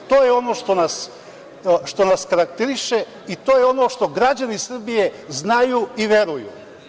To je ono što nas karakteriše i to je ono što građani Srbije znaju i veruju.